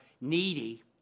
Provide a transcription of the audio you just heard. needy